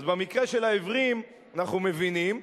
אז במקרה של העיוורים אנחנו מבינים,